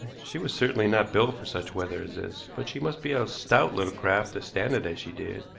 she was certainly not built for such weather as this, but she must be a stout little craft to stand it as she did,